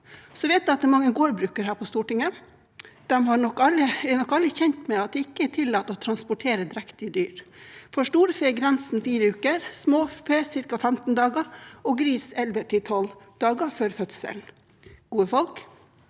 at det er mange gårdbrukere her på Stortinget. De er nok alle kjent med at det ikke er tillatt å transportere drektige dyr. For storfe er grensen 4 uker, for småfe ca. 15 dager og for gris 11–12 dager før fødsel. Gode folk,